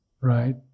right